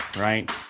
right